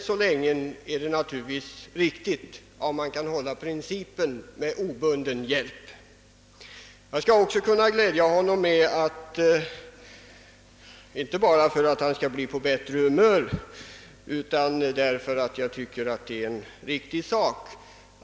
Jag kan också glädja herr Ullsten med att säga att jag kommer att stödja den reservation som finns beträffande Zambia. Givetvis gör jag det inte bara för att-herr Ullsten skall bli på bättre humör utan för att jag tycker att det är riktigt.